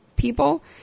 people